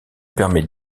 permet